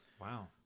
Wow